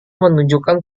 menunjukkan